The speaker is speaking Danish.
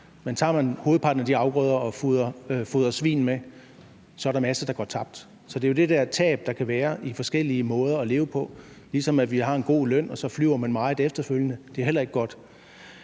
men tager man hovedparten af de afgrøder og fodrer svin med dem, så er der en masse, der går tabt. Så det er jo det der tab, der kan være i forskellige måder at leve på, ligesom man har en god løn, og man så flyver meget efterfølgende. Det er heller ikke godt.